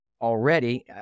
already